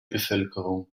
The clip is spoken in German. bevölkerung